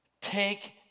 Take